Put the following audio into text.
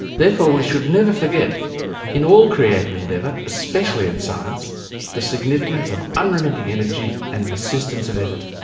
therefore, we should never forget in all creative endeavour, especially in science the significance of unremitting energy and persistence of effort.